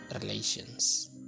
relations